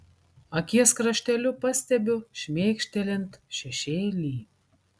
akies krašteliu pastebiu šmėkštelint šešėlį